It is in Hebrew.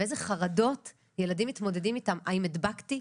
ואיזה חרדות ילדים מתמודדים איתם, האם הדבקתי?